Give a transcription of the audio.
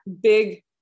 big